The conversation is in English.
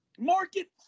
Market